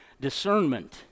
discernment